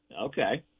Okay